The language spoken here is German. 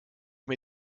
mir